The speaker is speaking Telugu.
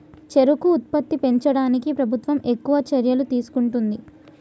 చెరుకు ఉత్పత్తి పెంచడానికి ప్రభుత్వం ఎక్కువ చర్యలు తీసుకుంటుంది